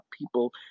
people